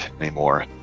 anymore